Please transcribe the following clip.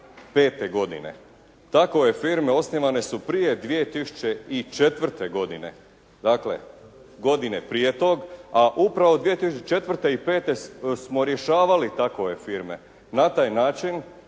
2005. godine. Takove firme osnivane su prije 2004. godine. Dakle godine prije tog, a upravo 2004. i pete smo rješavali takove firme na taj način